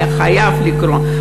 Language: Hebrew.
היה חייב לקרות.